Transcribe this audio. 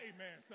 Amen